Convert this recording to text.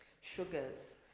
sugars